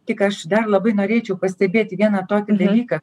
tik aš dar labai norėčiau pastebėti vieną tokį dalyką